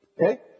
Okay